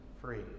free